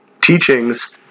teachings